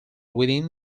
within